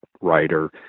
writer